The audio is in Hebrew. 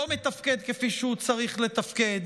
לא מתפקד כפי שהוא צריך לתפקד.